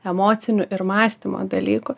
emocinių ir mąstymo dalykų